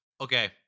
Okay